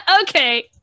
Okay